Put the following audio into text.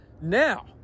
Now